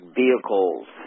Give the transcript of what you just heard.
vehicles